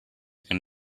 can